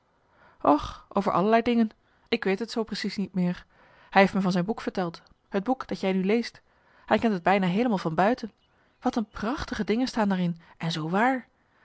ach over allerlei dingen ik weet t zoo precies niet meer hij heeft me van zijn boek verteld het boek dat jij nu leest hij kent t bijna heelemaal van buiten wat een prachtige dingen staan daar in en zoo waar